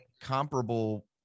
comparable